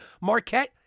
Marquette